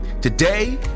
Today